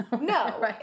No